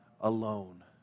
alone